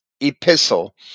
epistle